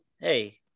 hey